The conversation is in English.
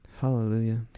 Hallelujah